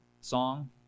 song